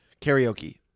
Karaoke